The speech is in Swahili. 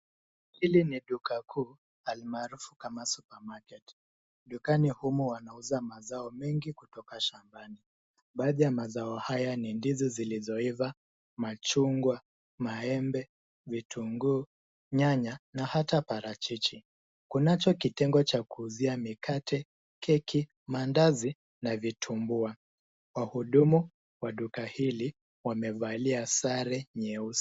Hili ni duka kuu almaarufu kama supermarket . Dukani humo wanauza mazao mengi kutoka shambami. Baadhi ya mazao haya ni; ndizi zilizoiva, machungwa, maembe, vitunguu, nyanya na hata parachichi. Kunacho kitengo cha kuuzia mikate, keki, mandazi and vitumbuwa. Wahudumu wa duka hili wamevalia sare nyeusi.